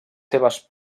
seves